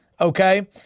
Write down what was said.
Okay